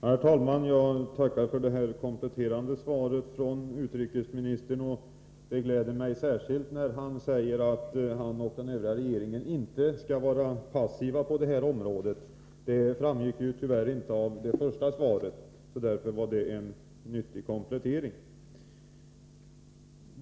Herr talman! Jag tackar för det kompletterande svaret från utrikesministern. Det gläder mig att han säger att han och den övriga regeringen inte skall vara passiv på det här området. Det framgick tyvärr inte av det första svaret, och därför var det en nyttig komplettering.